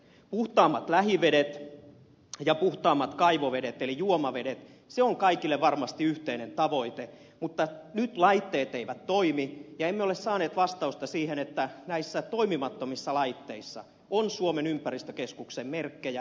puhtaammat lähivedet ja puhtaammat kaivovedet eli juomavedet ovat kaikille varmasti yhteinen tavoite mutta nyt laitteet eivät toimi emmekä ole saaneet vastausta siihen että näissä toimimattomissa laitteissa on suomen ympäristökeskuksen merkkejä